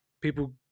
people